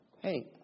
Hey